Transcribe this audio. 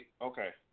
Okay